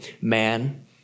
man